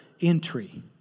entry